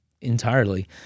entirely